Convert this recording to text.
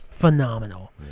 phenomenal